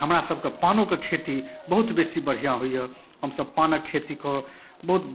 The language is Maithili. हमरासबके पानोके खेती बहुत बेसी बढ़िआँ होइए हमसब पानके खेतीके बहुत